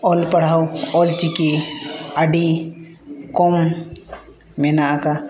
ᱯᱞ ᱯᱟᱲᱦᱟᱣ ᱚᱞ ᱪᱤᱠᱤ ᱟᱹᱰᱤ ᱠᱚᱢ ᱢᱮᱱᱟᱜ ᱟᱠᱟᱫᱼᱟ